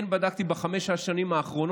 אבל כן בדקתי מה קרה בחמש השנים האחרונות,